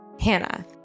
Hannah